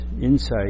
insight